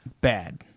Bad